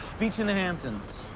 beach in the hamptons.